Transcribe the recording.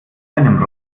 einem